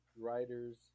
writers